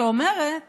שאומרת